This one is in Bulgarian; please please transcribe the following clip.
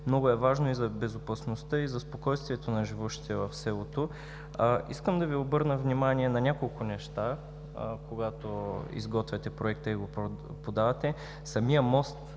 Много е важно и за безопасността, и за спокойствието на живущите в селото. Искам да Ви обърна внимание на няколко неща, когато изготвяте проекта. Самият мост,